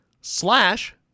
slash